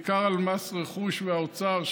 בעיקר על מס רכוש ועל האוצר,